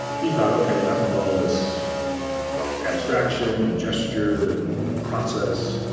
he thought, ok, enough of all this abstraction and gesture and process.